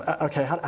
okay